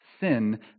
sin